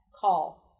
call